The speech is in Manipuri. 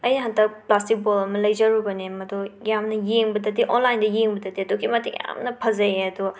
ꯑꯩ ꯍꯟꯗꯛ ꯄ꯭ꯂꯥꯁꯇꯤꯛ ꯕꯣꯜ ꯑꯃ ꯂꯩꯖꯔꯨꯕꯅꯦ ꯃꯗꯨ ꯌꯥꯝꯅ ꯌꯦꯡꯕꯗꯗꯤ ꯑꯣꯟꯂꯥꯏꯟꯗ ꯌꯦꯡꯕꯗꯗꯤ ꯑꯗꯨꯛꯀꯤ ꯃꯇꯤꯛ ꯌꯥꯝꯅ ꯐꯖꯩꯌꯦ ꯑꯗꯣ